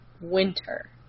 winter